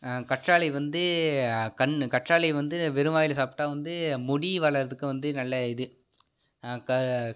கற்றாழை வந்து கண்ணு கற்றாழையை வந்து வெறும் வாயில் சாப்பிட்டா வந்து முடி வளர்கிறதுக்கு வந்து நல்ல இது க